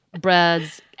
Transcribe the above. breads